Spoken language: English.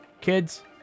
kids